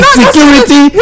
security